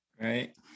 Right